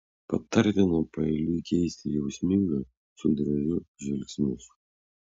patartina paeiliui keisti jausmingą su droviu žvilgsnius